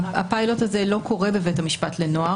הפיילוט הזה לא קורה בבית המשפט לנוער,